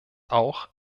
auch